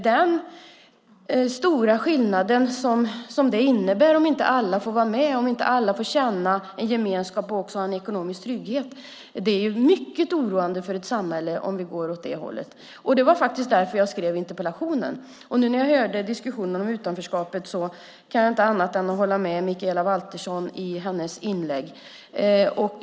Den stora skillnad som det innebär om inte alla får känna en gemenskap och ha ekonomisk trygghet är mycket oroande för ett samhälle. Det var faktiskt därför jag skrev interpellationen. Jag kan inte annat än hålla med Mikaela Valtersson i diskussionen om utanförskapet.